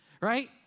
right